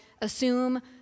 assume